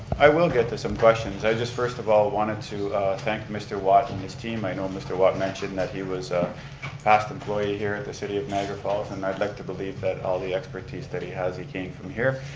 i will get to some questions. i just first of all wanted to thank mr. watt and his team. i know mr. watt mentioned that he was a past employee here at the city of niagara falls, and i'd like to believe that all the expertise that he has, he came from here,